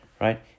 right